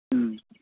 ம்